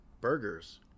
burgers